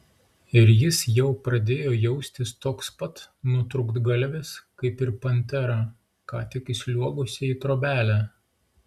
ir jis jau pradėjo jaustis toks pat nutrūktgalvis kaip ir pantera ką tik įsliuogusi į trobelę